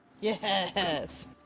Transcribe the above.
Yes